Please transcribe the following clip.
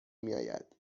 میآید